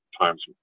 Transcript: times